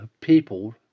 people